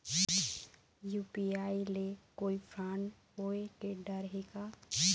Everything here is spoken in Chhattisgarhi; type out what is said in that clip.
यू.पी.आई ले कोई फ्रॉड होए के डर हे का?